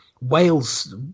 Wales